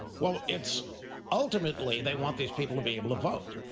well it's ultimately, they want these people to be able to vote.